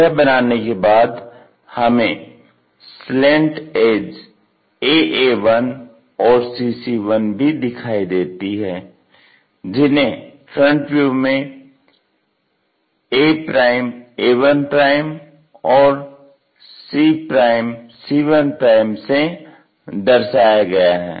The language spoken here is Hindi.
यह बनाने के बाद हमें स्लैंट एज AA1 और CC1 भी दिखाई देते हैं जिन्हे फ्रंट व्यू में aa1 और cc1 से दर्शाया गया है